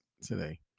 today